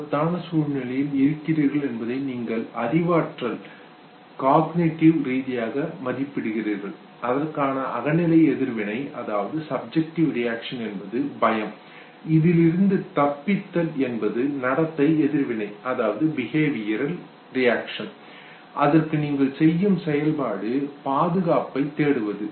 ஆபத்தான சூழ்நிலையில் இருக்கிறீர்கள் என்பதை நீங்கள் அறிவாற்றல் காக்னிடிவ் ரீதியாக மதிப்பிடுகிறீர்கள் அதற்கான அகநிலை எதிர்வினை சப்ஜக்டிவ் ரியாக்ஷன் என்பது பயம் இதிலிருந்து தப்பித்தல் எஸ்கேப் என்பது நடத்தை எதிர்வினை பிகேவியரல் ரியாக்ஷன் அதற்கு நீங்கள் செய்யும் செயல்பாடு பாதுகாப்பைத் தேடுவது